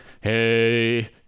hey